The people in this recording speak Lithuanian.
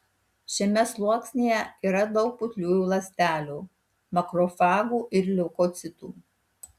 šiame sluoksnyje yra daug putliųjų ląstelių makrofagų ir leukocitų